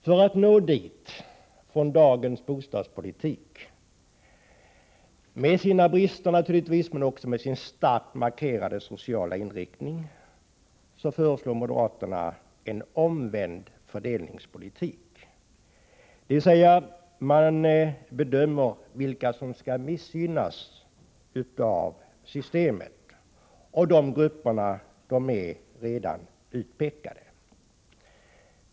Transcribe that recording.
För att nå dit från dagens bostadspolitiska verklighet, med sina brister men också med sin starkt markerade sociala inriktning, föreslår moderaterna en omvänd fördelningspolitik, dvs. man bedömer vilka som skall missgynnas av systemet; de grupperna är redan utpekade.